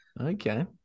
Okay